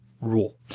rule